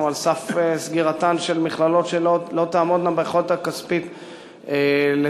על סף סגירתן של מכללות שלא תעמודנה מבחינה כספית לתפקד,